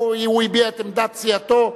הוא הביע את עמדת סיעתו.